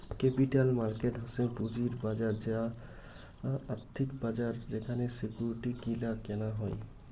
capital market হসে পুঁজির বাজার বা আর্থিক বাজার যেখানে সিকিউরিটি গিলা কেনা হই